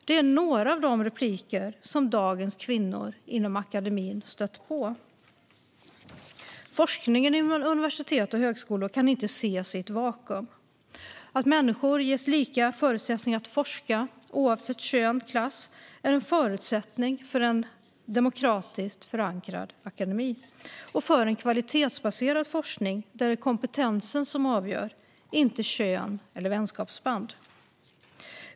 Det är några av de repliker som dagens kvinnor inom akademin stött på. Forskningen inom universitet och högskolor kan inte ses i ett vakuum. Att människor ges lika förutsättningar att forska oavsett kön och klass är en förutsättning för en demokratiskt förankrad akademi och för en kvalitetsbaserad forskning där det är kompetensen som avgör, inte kön eller vänskapsband.